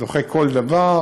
הוא דוחה כל דבר.